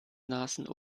nasen